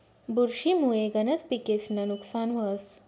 बुरशी मुये गनज पिकेस्नं नुकसान व्हस